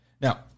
Now